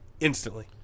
Instantly